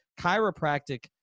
Chiropractic